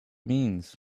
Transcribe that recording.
means